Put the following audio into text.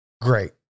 great